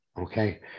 okay